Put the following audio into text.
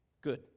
Good